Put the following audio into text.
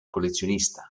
collezionista